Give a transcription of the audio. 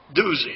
doozy